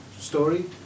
Story